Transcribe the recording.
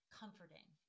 comforting